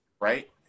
Right